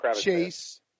chase